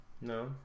No